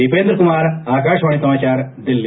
दीपेन्द्र कुमार आकाशवाणी समाचार दिल्ली